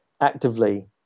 actively